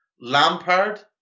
Lampard